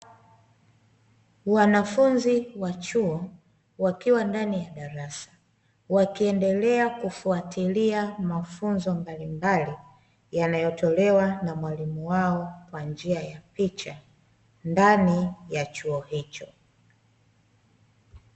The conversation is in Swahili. Wanafunzi wa chuo wakiwa ndani ya darasa wakiendelea kufuatilia mafunzo mbalimbali yanayotolewa na mwalimu wao kwa njia ya picha ndani ya chuo hicho.